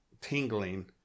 tingling